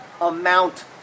amount